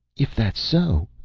if that's so,